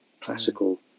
classical